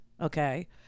okay